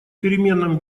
переменном